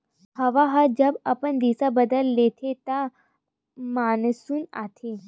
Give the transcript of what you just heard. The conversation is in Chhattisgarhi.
हवा ह जब अपन दिसा बदल देथे त मानसून आथे